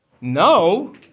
No